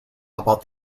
about